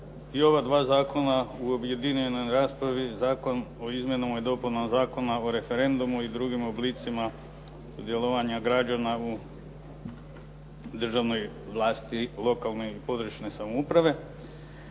I ova dva zakona u objedinjenoj raspravi Zakon o izmjenama i dopunama Zakona o referendumu i drugim oblicima sudjelovanja građana u državnoj vlasti lokalne i područne samouprave